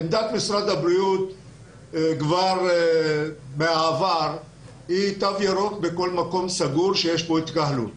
עמדת משרד הבריאות מהעבר היא תו ירוק בכל מקום סגור שיש בו התקהלות.